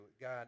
God